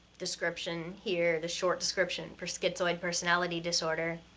description here, the short description for so schizoid personality disorder.